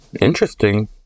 interesting